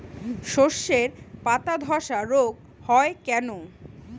শর্ষের পাতাধসা রোগ হয় কেন?